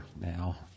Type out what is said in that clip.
now